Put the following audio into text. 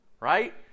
Right